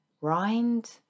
Rind